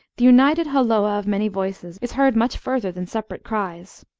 the united holloa of many voices, is heard much further than separate cries.